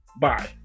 Bye